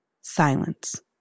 silence